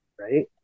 right